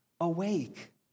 awake